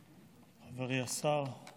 אדוני השר,